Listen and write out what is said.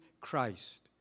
Christ